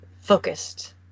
focused